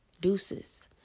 Deuces